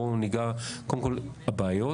בואו ניגע קודם כל בבעיות